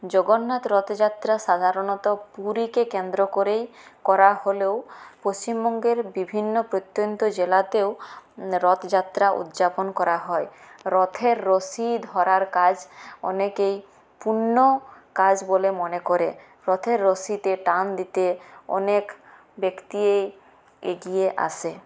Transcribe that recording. জগন্নাথ রথযাত্রা সাধারণত পুরীকে কেন্দ্র করেই করা হলেও পশ্চিমবঙ্গের বিভিন্ন প্রত্যন্ত জেলাতেও রথযাত্রা উদযাপন করা হয় রথের রশি ধরার কাজ অনেকেই পুণ্য কাজ বলে মনে করে রথের রশিতে টান দিতে অনেক ব্যক্তি এগিয়ে আসে